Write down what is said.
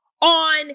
on